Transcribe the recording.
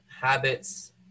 habits